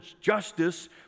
justice